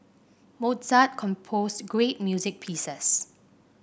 Mozart composed great music pieces